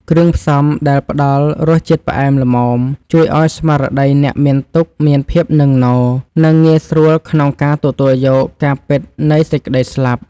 គ្រឿងផ្សំដែលផ្តល់រសជាតិផ្អែមល្មមជួយឱ្យស្មារតីអ្នកមានទុក្ខមានភាពនឹងនរ និង ងាយស្រួលក្នុងការទទួលយកការពិតនៃសេចក្តីស្លាប់។